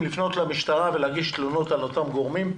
לפנות למשטרה ולהגיש תלונות על אותם גורמים.